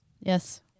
yes